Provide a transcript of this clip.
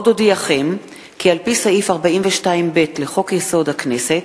עוד אודיעכם, כי על-פי סעיף 42ב לחוק-יסוד: הכנסת,